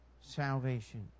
salvation